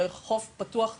חוף פתוח טבעי,